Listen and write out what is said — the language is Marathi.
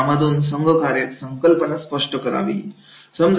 यामधून संघकार्य संकल्पना स्पष्ट करावी